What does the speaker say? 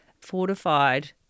fortified